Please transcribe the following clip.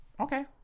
Okay